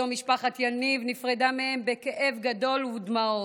היום משפחת יניב נפרדה מהם בכאב גדול ובדמעות,